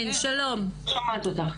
בבקשה.